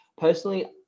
Personally